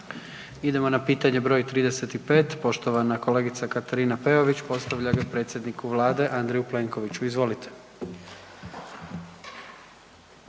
Idemo na pitanje br. 35. poštovana kolegica Katarina Peović postavlja ga predsjedniku vlade Andreju Plenkoviću, izvolite.